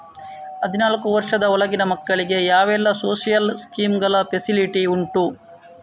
ಹದಿನಾಲ್ಕು ವರ್ಷದ ಒಳಗಿನ ಮಕ್ಕಳಿಗೆ ಯಾವೆಲ್ಲ ಸೋಶಿಯಲ್ ಸ್ಕೀಂಗಳ ಫೆಸಿಲಿಟಿ ಉಂಟು?